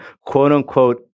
quote-unquote